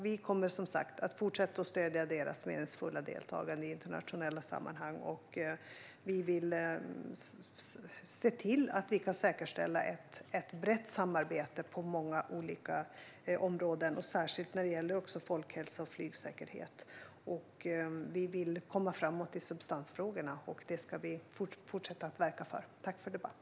Vi kommer som sagt att fortsätta att stödja Taiwans meningsfulla deltagande i internationella sammanhang. Vi vill se till att säkerställa ett brett samarbete på många olika områden, särskilt när det gäller folkhälsa och flygsäkerhet. Vi vill komma framåt i substansfrågorna, och det ska vi fortsätta att verka för. Tack för debatten!